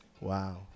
Wow